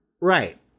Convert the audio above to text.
Right